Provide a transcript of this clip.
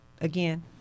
again